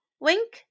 Wink